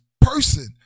person